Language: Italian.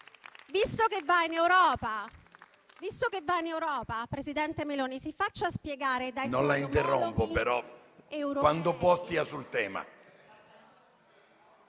Visto che va in Europa, presidente Meloni, si faccia spiegare dai suoi omologhi europei...